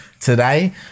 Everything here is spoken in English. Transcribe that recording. today